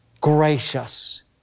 gracious